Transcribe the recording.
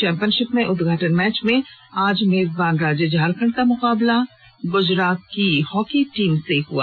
championship के उदघाटन match में आज मेजबान राज्य झारखंड का मुकाबला गुजरात हॉकी टीम से होगा